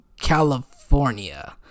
California